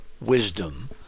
wisdom